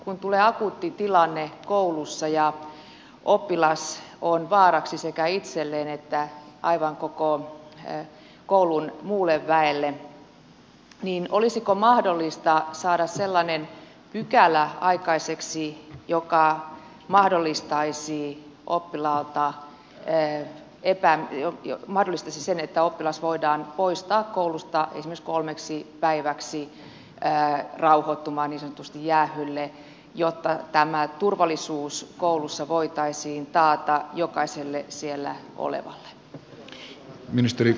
kun tulee akuutti tilanne koulussa ja oppilas on vaaraksi sekä itselleen että aivan koko koulun muulle väelle niin olisiko mahdollista saada sellainen pykälä aikaiseksi joka mahdollistaisi oppilaalta ettei epää ja marista sen että oppilas voidaan poistaa koulusta esimerkiksi kolmeksi päiväksi rauhoittumaan niin sanotusti jäähylle jotta tämä turvallisuus koulussa voitaisiin taata jokaiselle siellä olevalle